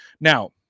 Now